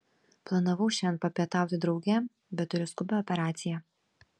planavau šiandien papietauti drauge bet turiu skubią operaciją